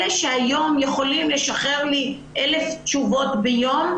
אלה שהיום יכולים לשחרר לי 1,000 תשובות יום,